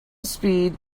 speed